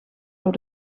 door